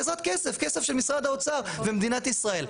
בעזרת כסף של משרד האוצר ומדינת ישראל.